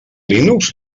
linux